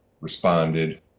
responded